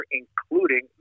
including